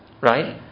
Right